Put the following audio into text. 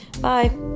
Bye